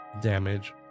damage